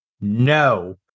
No